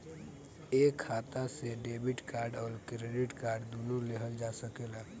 एक खाता से डेबिट कार्ड और क्रेडिट कार्ड दुनु लेहल जा सकेला?